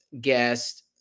guest